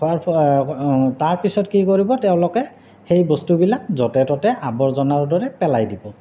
খোৱাৰ তাৰপিছত কি কৰিব তেওঁলোকে সেই বস্তুবিলাক য'তে ত'তে আৱৰ্জাৰ দৰে পেলাই দিব